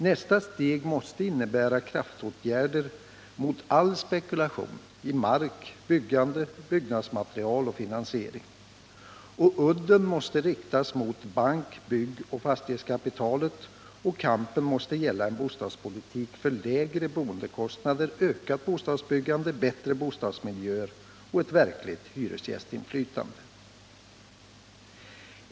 Nästa steg måste innebära kraftåtgärder mot all spekulation i mark, byggande, byggnadsmaterial och finansiering. Udden måste riktas mot bank-, byggoch fastighetskapitalet och kampen måste gälla en bostadspolitik för lägre boendekostnader, ökat bostadsbyggande, bättre bostadsmiljöer och ett verkligt hyresgästinflytande.